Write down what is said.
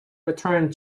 returned